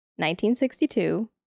1962